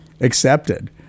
accepted